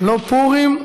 לא פורים.